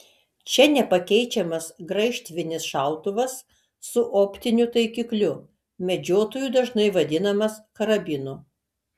čia nepakeičiamas graižtvinis šautuvas su optiniu taikikliu medžiotojų dažnai vadinamas karabinu